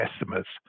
estimates